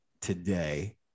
today